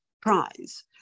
prize